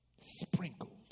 Sprinkled